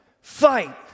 Fight